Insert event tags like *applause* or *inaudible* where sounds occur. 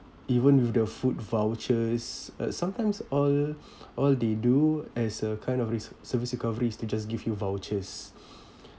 even with the food vouchers uh sometimes all all they do as a kind of re~ service recovery is to just give you vouchers *breath*